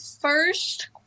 first